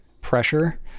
pressure